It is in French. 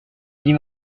dit